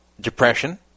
depression